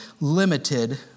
limited